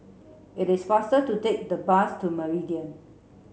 it is faster to take the bus to Meridian